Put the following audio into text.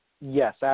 Yes